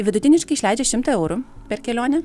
vidutiniškai išleidžia šimtą eurų per kelionę